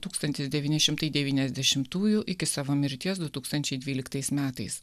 tūkstantis devyni šimtai devyniasdešimtųjų iki savo mirties du tūlstančiai dvyliktais metais